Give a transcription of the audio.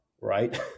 right